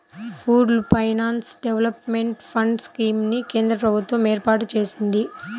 pooled finance development fund scheme ని కేంద్ర ప్రభుత్వం ఏర్పాటు చేసింది